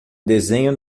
desenho